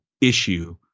issue